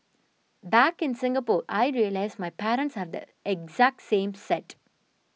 back in Singapore I realised my parents have the exact same set